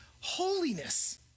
holiness